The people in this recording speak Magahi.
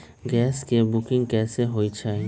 गैस के बुकिंग कैसे होईछई?